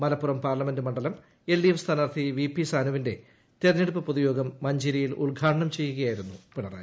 Malappuram parliament മണ്ഡലം LDF സ്ഥാനാർഥി V P സാനുവിന്റെ തെരഞ്ഞെടുപ്പ് പൊതുയോഗം മഞ്ചേരിയിൽ ഉദ്ഘാടനം ചെയ്യുകയായിരുന്നു പിണറായി